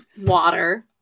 water